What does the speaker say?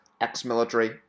ex-military